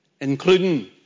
including